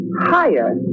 higher